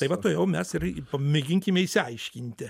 tai va tuojau mes ir pamėginkime išsiaiškinti